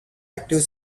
active